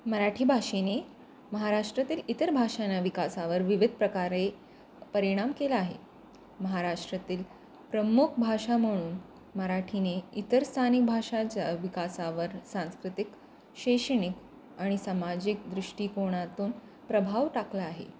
मराठी भाषेने महाराष्ट्रातील इतर भाषा आणि विकासावर विविध प्रकारे परिणाम केला आहे महाराष्ट्रातील प्रमुख भाषा म्हणून मराठीने इतर स्थानिक भाषांच्या विकासावर सांस्कृतिक शैक्षणिक आणि सामाजिक दृष्टिकोनातून प्रभाव टाकला आहे